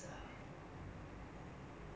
I want money I want more money